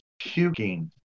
puking